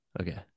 Okay